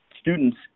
students